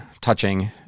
touching